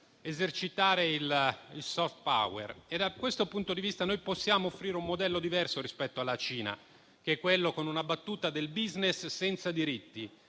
esercitare il *soft power*. Da questo punto di vista, possiamo offrire un modello diverso rispetto alla Cina, che è quello - con una battuta - del *business* senza diritti.